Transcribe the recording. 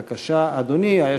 בבקשה, אדוני.